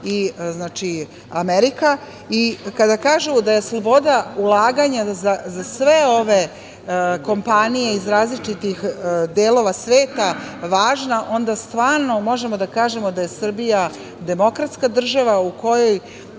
i Amerika. Kada kažu da je sloboda ulaganja za sve ove kompanije iz različitih delova sveta važna, onda stvarno možemo da kažemo da je Srbija demokratska država u kojoj,